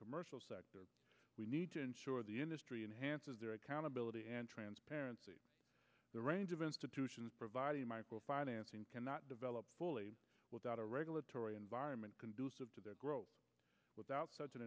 commercial sector we need to ensure the industry enhances their accountability and transparency the range of institutions providing micro financing cannot develop fully without a regulatory environment conducive to their growth without such an